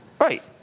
Right